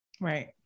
Right